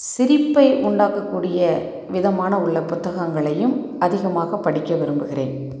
சிரிப்பை உண்டாக்கக்கூடிய விதமான உள்ள புத்தகங்களையும் அதிகமாக படிக்க விரும்புகிறேன்